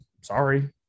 sorry